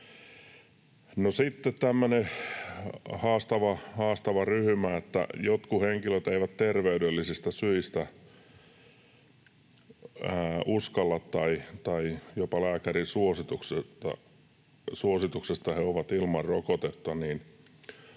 sitten on tämmöinen haastava ryhmä: Jotkut henkilöt eivät terveydellisistä syistä uskalla ottaa rokotetta tai jopa lääkärin suosituksesta ovat ilman rokotetta.